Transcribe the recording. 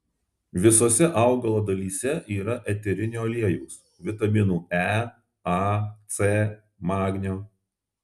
visose augalo dalyse yra eterinio aliejaus vitaminų e a c magnio